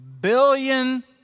billion